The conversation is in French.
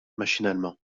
machinalement